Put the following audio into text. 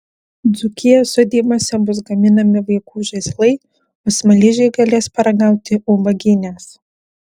dzūkijos sodybose bus gaminami vaikų žaislai o smaližiai galės paragauti ubagynės